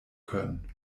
können